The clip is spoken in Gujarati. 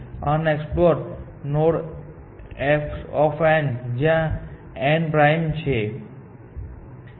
અનએક્સપ્લોર નોડ fn જ્યાં n n પ્રાઈમ માં એ બધા નોડ છે જે લેવામાં આવ્યા નથી